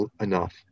enough